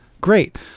great